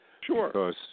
Sure